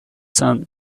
son